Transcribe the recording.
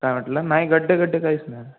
काय म्हटलं नाही खड्डे खड्डे काहीच नाही